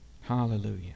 hallelujah